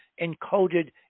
encoded